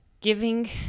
giving